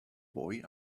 boy